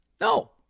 No